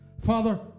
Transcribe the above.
Father